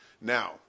Now